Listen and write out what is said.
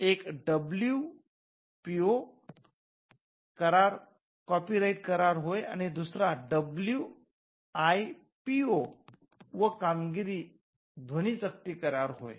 एक WPO copyright करार होय आणि दुसरा डब्ल्यूआयपीओ व कामगिरी ध्वनी चकती करार होय